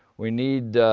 we need